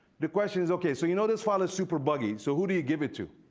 the question is, okay, so you know this file is super buggy, so who do you give it to?